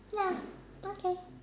ya okay